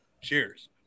Cheers